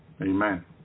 Amen